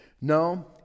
no